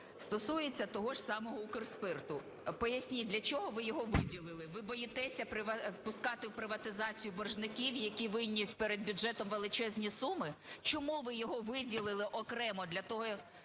стосується того ж самого Укрспирту. Поясніть, для чого ви його виділили, ви боїтеся пускати в приватизацію боржників, які винні перед бюджетом величезні суми? Чому ви його виділили окремо, для того,